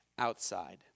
Outside